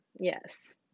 Yes